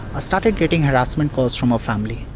ah started getting harassment calls from her family.